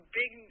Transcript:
big